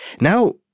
Now